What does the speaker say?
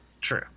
True